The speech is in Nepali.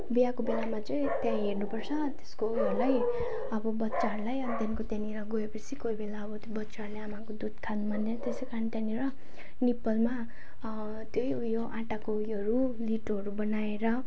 बियाएको बेलामा चाहिँ त्यहाँ हेर्नुपर्छ अनि त्यसको उयोहरूलाई अब बच्चाहरूलाई अब त्यहाँदेखिको त्यहाँनिर गएपछि कोही बेला अब त्यो बच्चाहरूले आमाको दुध खानु मान्दैन त्यसै कारण त्यहाँनिर निप्पलमा त्यही उयो आँटाको योहरू लिटोहरू बनाएर